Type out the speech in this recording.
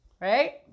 right